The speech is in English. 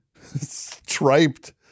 striped